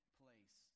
place